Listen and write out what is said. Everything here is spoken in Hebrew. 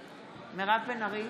ארי,